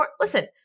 Listen